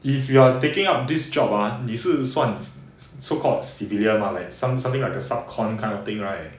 if you are taking up this job ah 你是算 so-called civilian mah like some something like a sub comm kind of thing right